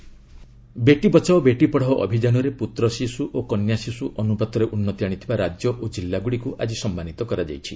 ବେଟି ବଚାଓ ଆଓାଡ଼ ବେଟି ବଚାଓ ବେଟି ପଢ଼ାଓ ଅଭିଯାନରେ ପୁତ୍ର ଶିଶୁ ଓ କନ୍ୟା ଶିଶୁ ଅନୁପାତରେ ଉନ୍ନତି ଆଣିଥିବା ରାଜ୍ୟ ଓ ଜିଲ୍ଲାଗୁଡ଼ିକୁ ଆଜି ସମ୍ମାନିତ କରାଯାଇଛି